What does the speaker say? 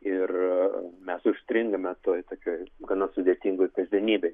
ir mes užstringame toj tokioj gana sudėtingoj kasdienybėj